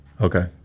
Okay